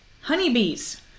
Honeybees